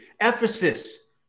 Ephesus